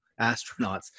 astronauts